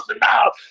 now